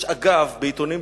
יש, אגב, בעיתונים בחוץ-לארץ,